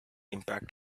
impact